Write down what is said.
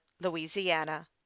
Louisiana